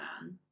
man